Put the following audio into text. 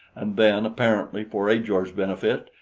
and then, apparently for ajor's benefit,